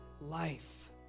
life